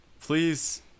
please